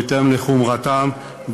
בהתאם לחומרתם,